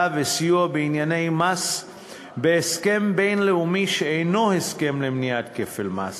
וסיוע בענייני מס בהסכם בין-לאומי שאינו הסכם למניעת כפל מס,